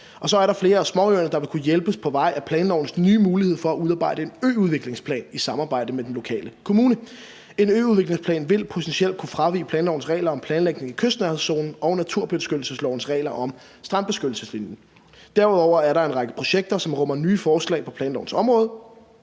Og så er der flere af småøerne, der vil kunne hjælpes på vej af planlovens nye mulighed for at udarbejde en øudviklingsplan i samarbejde med den lokale kommune. En øudviklingsplan vil potentielt kunne fravige planlovens regler om planlægning i kystnærhedszonen og naturbeskyttelseslovens regler om strandbeskyttelseslinjen. Derudover er der en række projekter, som rummer nye forslag på planlovens område,